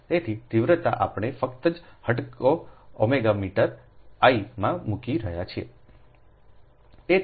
તેથી તીવ્રતા આપણે ફક્ત j હટકો ઓમેગા મીટર I માં મૂકી રહ્યા છીએ